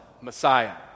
Messiah